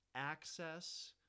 access